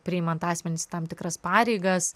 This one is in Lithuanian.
priimant asmenis į tam tikras pareigas